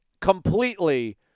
completely